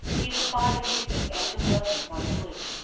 he was fond of music and took lessons on the flute.